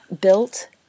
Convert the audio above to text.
built